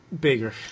bigger